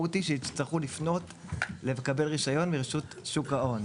המשמעות היא שיצטרכו לפנות ולקבל רישיון מרשות שוק ההון.